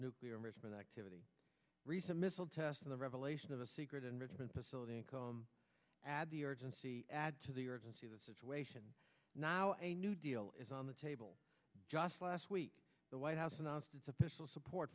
nuclear enrichment activity recent missile test of the revelation of a secret enrichment facility add the urgency add to the urgency of the situation now a new deal is on the table just last week the white house announced its official support